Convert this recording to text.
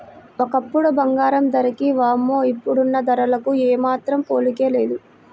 ఒకప్పుడు బంగారం ధరకి వామ్మో ఇప్పుడున్న ధరలకు ఏమాత్రం పోలికే లేదు